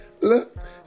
look